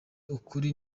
ukuri